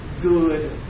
good